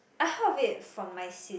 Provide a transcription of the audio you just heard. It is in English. I heard of it from my sis